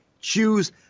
Choose